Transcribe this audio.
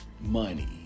money